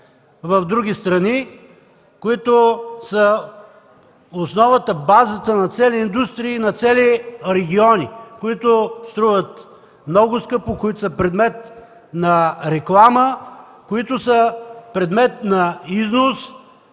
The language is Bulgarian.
в други страни, които са основата на цели индустрии и на цели региони, които струват много скъпо, които са предмет на реклама, които са предмет на износ.